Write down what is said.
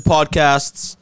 Podcasts